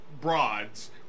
broads